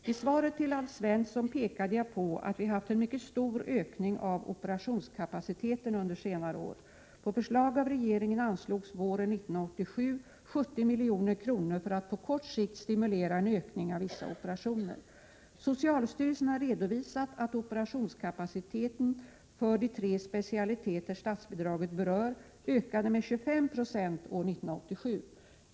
I svaret till Alf Svensson pekade jag på att vi haft en mycket stor ökning av operationskapaciteten under senare år. På förslag av regeringen anslogs våren 1987 70 milj.kr. för att på kort sikt stimulera en ökning av vissa operationer. Socialstyrelsen har redovisat att operationskapaciteten för de tre specialiteter statsbidraget berör ökade med 25 96 år 1987.